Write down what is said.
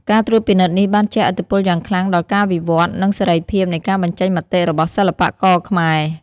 ការត្រួតពិនិត្យនេះបានជះឥទ្ធិពលយ៉ាងខ្លាំងដល់ការវិវត្តន៍ និងសេរីភាពនៃការបញ្ចេញមតិរបស់សិល្បករខ្មែរ។